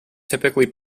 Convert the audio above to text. typically